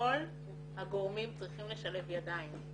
שכל הגורמים צריכים לשלב ידיים.